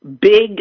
big